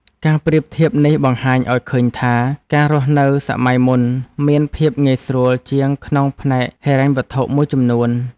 ការប្រៀបធៀបនេះបង្ហាញឱ្យឃើញថា ការរស់នៅសម័យមុនមានភាពងាយស្រួលជាងក្នុងផ្នែកហិរញ្ញវត្ថុមួយចំនួន។